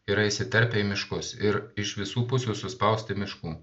yra įsiterpę į miškus ir iš visų pusių suspausti miškų